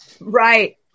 Right